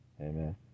Amen